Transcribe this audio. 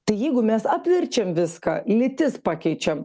tai jeigu mes apverčiam viską lytis pakeičiam